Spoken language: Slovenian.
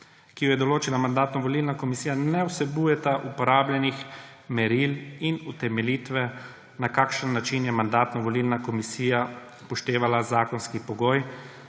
»ki ju je določila Mandatno-volilna komisija, ne vsebujeta uporabljenih meril in utemeljitve, na kakšen način je Mandatno-volilna komisija upoštevala zakonski pogoj,